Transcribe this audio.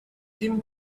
tim